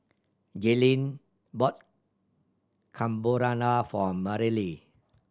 Jaylen bought Carbonara for Marilee